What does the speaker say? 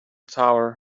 tower